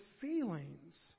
feelings